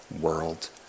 world